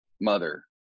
mother